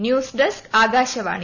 news desk Akashvani